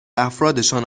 افرادشان